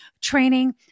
training